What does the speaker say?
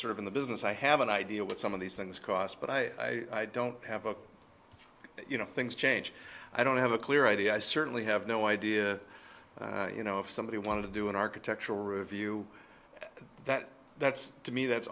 sort of in the business i have an idea what some of these things cost but i don't have a you know things change i don't have a clear idea i certainly have no idea you know if somebody wanted to do an architectural review that that's to me that's